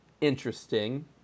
interesting